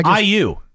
IU